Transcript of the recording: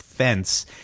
fence